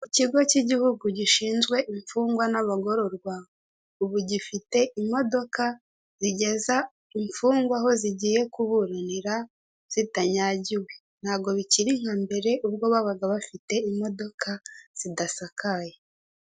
Ikigo k'igihugu gishinzwe imfungwa n'abagororwa, ubu gifite imodoka zigeza imfungwa aho zigiye kuburanira, zitanyagiwe. Ntago bikiri nka mbere, ubwo babaga bafite imodoka zidasakaye.